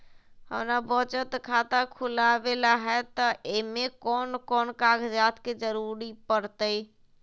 हमरा बचत खाता खुलावेला है त ए में कौन कौन कागजात के जरूरी परतई?